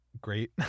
great